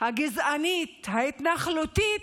הגזענית ההתנחלותית